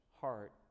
heart